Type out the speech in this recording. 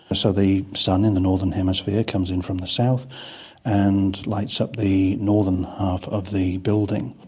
so the sun in the northern hemisphere comes in from the south and lights up the northern half of the building.